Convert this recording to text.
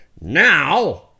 Now